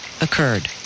occurred